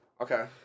Okay